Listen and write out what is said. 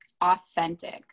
authentic